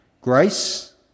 Grace